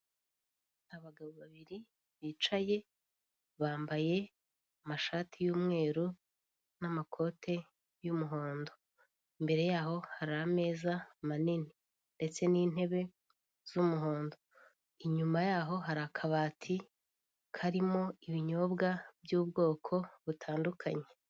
Abagabo babiri bicaye, bambaye amashati y'umweru n'amakote y'umuhondo, imbere yaho hari ameza manini ndetse n'intebe z'umuhondo, inyuma yaho hari akabati karimo ibinyobwa by'ubwoko butandukanye.